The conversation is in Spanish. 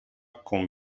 con